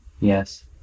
yes